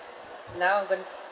now